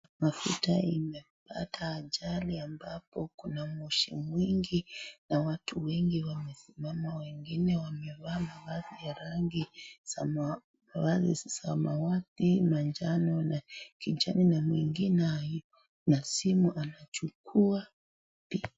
Gari ya mafuta imepata ajali ambapo kuna moshi mwingi na watu wengi wamesimama wengine wamevaa mavazi ya rangi samawati, manjano na kijani na mwingine anasimu anchukua picha.